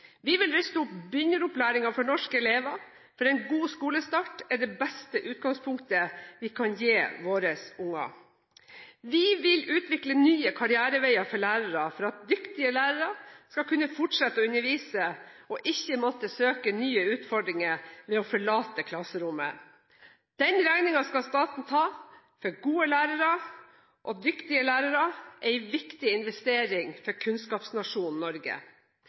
Vi vil ruste opp begynneropplæringen for norsk elever, for en god skolestart er det beste utgangspunktet vi kan gi våre unger. Vi vil utvikle nye karriereveier for lærere, slik at dyktige lærere skal kunne fortsette å undervise og ikke måtte søke nye utfordringer ved å forlate klasserommet. Den regningen skal staten ta, for gode, dyktige lærere er en viktig investering for kunnskapsnasjonen Norge.